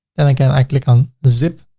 then again, i click on the zip.